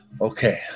okay